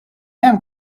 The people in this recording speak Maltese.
hemm